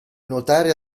nuotare